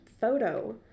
photo